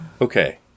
Okay